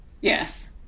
Yes